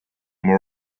more